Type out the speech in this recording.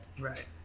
Right